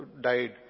died